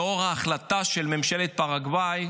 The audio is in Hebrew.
לאור ההחלטה של ממשלת פרגוואי,